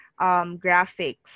graphics